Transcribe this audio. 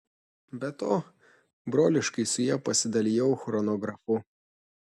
be to broliškai su ja pasidalijau chronografu